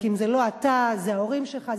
כי אם זה לא אתה זה ההורים שלך,